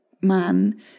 man